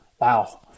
wow